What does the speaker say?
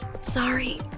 Sorry